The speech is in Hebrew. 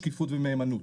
שקיפות ומהימנות,